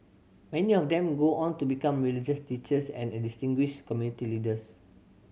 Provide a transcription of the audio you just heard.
many of them go on to become religious teachers and distinguished community leaders